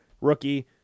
rookie